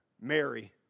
Mary